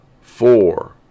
Four